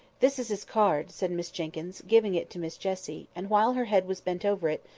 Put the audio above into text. this is his card, said miss jenkyns, giving it to miss jessie and while her head was bent over it,